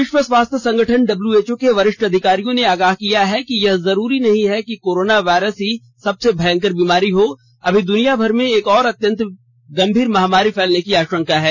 विश्व स्वास्थ्य संगठन डब्ल्यूएचओ के वरिष्ठ अधिकारियों ने आगाह किया कि यह जरूरी नहीं है कि कोरोना वायरस ही सबसे भयंकर बीमारी हो अभी दुनियाभर में एक और अत्यंत गंभीर महामारी फैलने की आशंका है